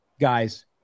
guys